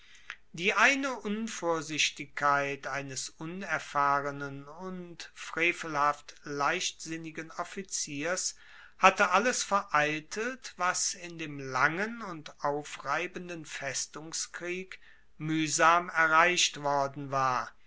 die eine unvorsichtigkeit eines unerfahrenen und frevelhaft leichtsinnigen offiziers hatte alles vereitelt was in dem langen und aufreibenden festungskrieg muehsam erreicht worden war